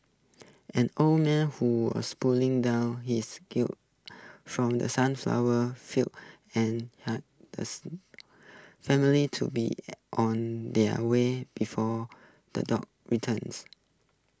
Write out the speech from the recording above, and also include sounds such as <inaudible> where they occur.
an old man who was putting down his gun from the sunflower fields and <unintelligible> the <unintelligible> family to be on their way before the dogs returns